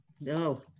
No